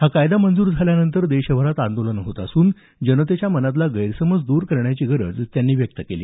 हा कायदा मंजूर झाल्यानंतर देशभरात आंदोलनं होत असून जनतेच्या मनातला गैरसमज दूर करण्याची गरज त्यांनी व्यक्त केली